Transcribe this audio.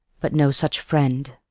but no such friend.